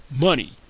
money